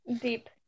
deep